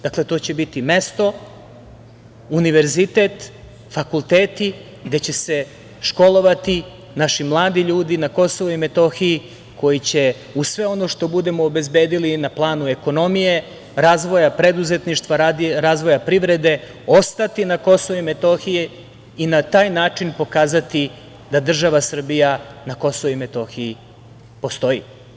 Dakle, to će biti mesto, univerzitet, fakulteti, gde će se školovati naši mladi ljudi na KiM, koji će, uz sve ono što budemo obezbedili na planu ekonomije, razvoja, preduzetništva, razvoja privrede, ostati na KiM i na taj način pokazati da država Srbija na KiM postoji.